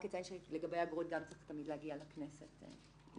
רק לציין שלגבי אגרות גם צריך תמיד להגיע לכנסת לאישור.